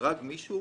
הרג מישהו